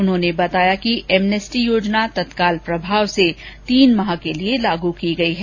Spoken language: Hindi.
उन्होंने बताया कि विभाग की एमनेस्टी योजना तत्काल प्रभाव से तीन माह के लिए लागू की गई है